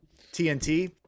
TNT